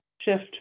shift